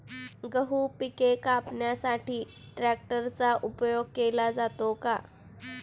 गहू पिके कापण्यासाठी ट्रॅक्टरचा उपयोग केला जातो का?